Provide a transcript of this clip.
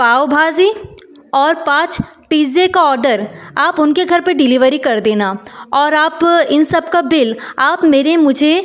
पाव भाज़ी और पाँच पिज़्ज़े का ऑडर आप उनके घर पर डिलीवरी कर देना और आप इन सबका बिल आप मेरे मुझे